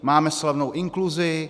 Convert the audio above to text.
Máme slavnou inkluzi.